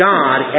God